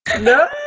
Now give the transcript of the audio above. No